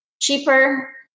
cheaper